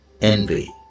envy